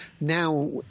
now